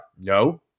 No